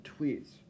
tweets